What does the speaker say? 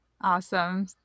Awesome